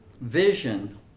vision